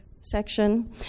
section